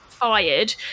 fired